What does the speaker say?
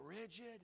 rigid